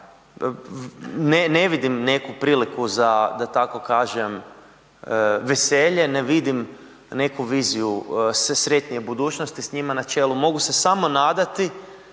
ne vidim neku priliku za, da tako kažem, veselje, ne vidim neku viziju sretnije budućnosti s njima na čelu. Mogu se samo nadati